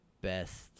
best